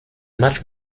much